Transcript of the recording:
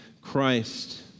Christ